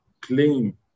claim